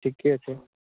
ठीके छै